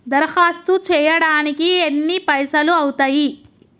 దరఖాస్తు చేయడానికి ఎన్ని పైసలు అవుతయీ?